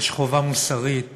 יש חובה מוסרית